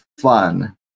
fun